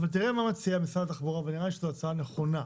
אבל תראה מה מציע משרד התחבורה ונראה לי שזאת הצעה נכונה,